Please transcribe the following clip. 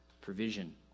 provision